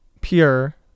pure